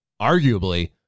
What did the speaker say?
arguably